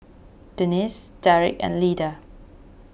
Denisse Derrick and Lida